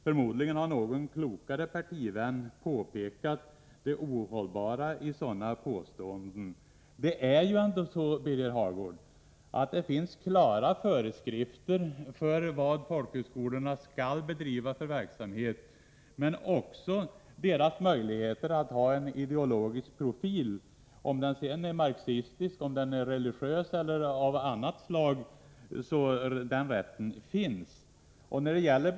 Förmodligen har någon klokare partivän påpekat det ohållbara i sådana påståenden. Det finns ändå, Birger Hagård, klara föreskrifter för vilken verksamhet folkhögskolor skall bedriva men också beträffande deras möjligheter att ha en ideologisk profil — om den är marxistisk, religös eller av annat slag så finns ändå den rätten.